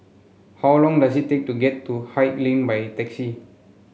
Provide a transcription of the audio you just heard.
how long does it take to get to Haig Lane by taxi